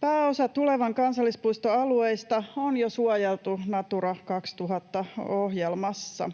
Pääosa tulevan kansallispuiston alueista on jo suojeltu Natura 2000 ‑ohjelmassa.